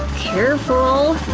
careful!